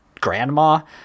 grandma